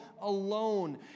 alone